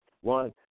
one